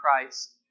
Christ